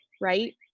right